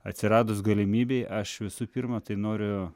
atsiradus galimybei aš visų pirma tai noriu